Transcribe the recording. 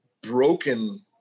broken